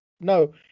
No